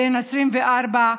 בן 24,